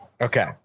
Okay